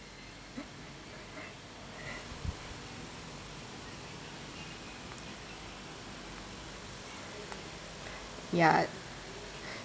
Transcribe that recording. ya